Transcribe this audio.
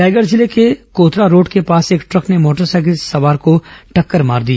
रायगढ़ जिले के कोतरारोड के पास एक ट्रक ने मोटर साइकिल को टक्कर मार दी